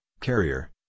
Carrier